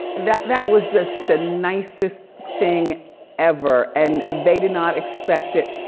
that that was just the nicest thing ever and they did not expect it.